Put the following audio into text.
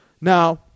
Now